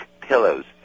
pillows